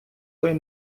той